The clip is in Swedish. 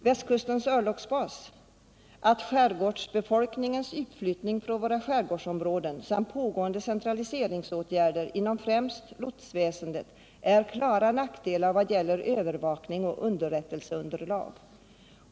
Västkustens örlogsbas anför att skärgårdsbefolkningens utflyttning från våra skärgårdsområden samt pågående centraliseringsåtgärder inom främst lotsväsendet är klara nackdelar vad gäller övervakning och underrättelseunderlag.